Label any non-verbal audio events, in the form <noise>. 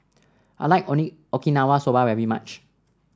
I like <unintelligible> Okinawa Soba very much